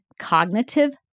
cognitive